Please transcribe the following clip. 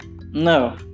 No